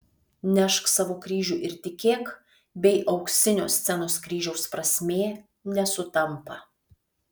nešk savo kryžių ir tikėk bei auksinio scenos kryžiaus prasmė nesutampa